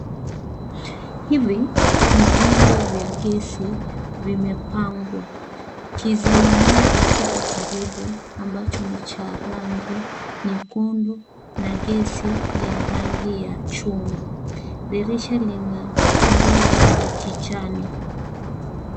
Hivi ni viumbo vya gesi vimepangwa kizima moto kipo karibu ambacho ni cha rangi nyekundu na gesi ni ya rangi ya chungwa dirisha lina ndoo za kijani.